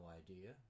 idea